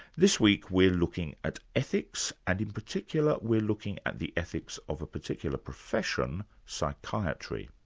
this week we're looking at ethics, and in particular we're looking at the ethics of a particular profession, psychiatry.